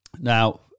Now